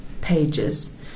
pages